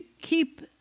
keep